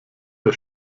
der